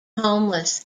homeless